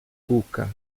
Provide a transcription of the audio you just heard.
cuca